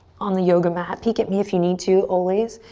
on the yoga mat. peek at me if you need to, always.